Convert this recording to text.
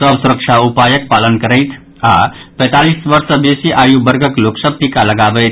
सभ सुरक्षा उपायक पालन करथि आ पैंतालीस वर्ष सँ बेसी आयु वर्गक लोक सभ टीका लगबावथि